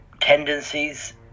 tendencies